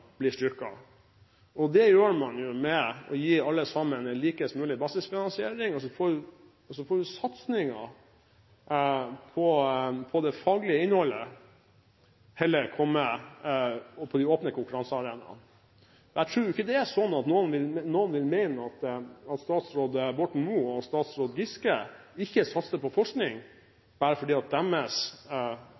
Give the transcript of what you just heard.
blir styrket. Og det gjør man jo med å gi alle sammen likest mulig basisfinansiering, og så får satsingen på det faglige innholdet heller komme på de åpne konkurransearenaene. Jeg tror jo ikke det er slik at noen mener at statsråd Borten Moe, statsråd Giske og statsråd Solhjell – statsråd Halvorsens kolleger – ikke satser på forskning fordi deres